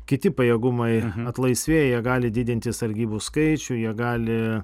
kiti pajėgumai atlaisvėja gali didinti sargybų skaičių jie gali